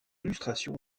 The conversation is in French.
illustration